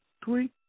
tweet